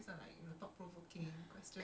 macam he's trying lah